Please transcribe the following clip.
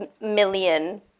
million